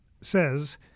says